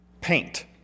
Paint